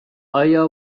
آیا